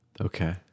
okay